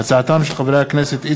הודעה לסגן מזכירת הכנסת.